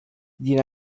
din